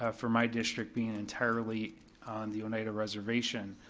ah for my district, being entirely on the oneida reservation,